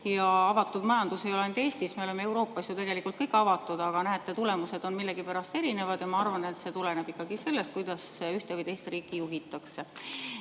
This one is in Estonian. Ja avatud majandus ei ole ainult Eestis, me oleme Euroopas tegelikult ju kõik avatud, aga näete, tulemused on millegipärast erinevad. Ma arvan, et see tuleneb ikkagi sellest, kuidas ühte või teist riiki juhitakse.